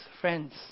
friends